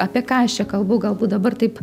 apie ką aš kalbu galbūt dabar taip